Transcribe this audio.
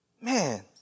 Man